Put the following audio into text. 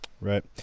Right